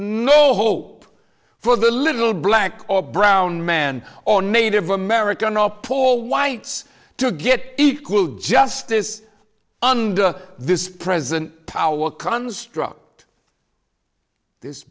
no hope for the little black or brown man or native american or poor whites to get equal justice under this present power construct this